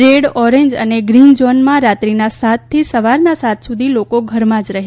red orange અને green ઝોનમાં રાત્રીના સાત સવારના સાત સુધી લોકો ઘરમાં જ રહે